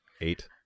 eight